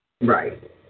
Right